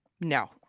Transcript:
No